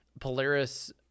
Polaris